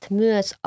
myös